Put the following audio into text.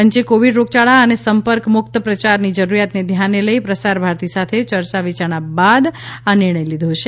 પંચે કોવિડ રોગચાળા અને સંપર્ક મુકત પ્રચારની જરૂરીયાતને ધ્યાને લઇ પ્રસાર ભારતી સાથે ચર્ચા વિચારણા બાદ આ નિર્ણય લીધો છે